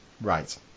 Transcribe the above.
right